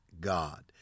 God